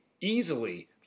easily